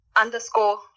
underscore